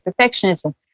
Perfectionism